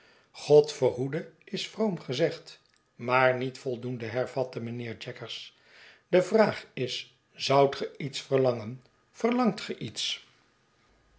god verhoede is vroom gezegd maar niet voldoende hervatte mijnheer jaggers de vraag is zoudt ge iets verlangen yerlangt geiets